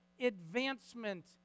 advancement